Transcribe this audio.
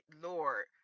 Lord